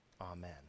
amen